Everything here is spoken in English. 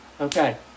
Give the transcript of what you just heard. Okay